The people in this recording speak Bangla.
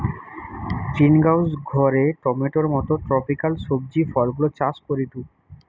গ্রিনহাউস ঘরে টমেটোর মত ট্রপিকাল সবজি ফলগুলা চাষ করিটু